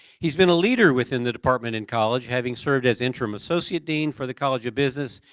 he's been a leader within the department and college having served as interim associate dean for the college of business,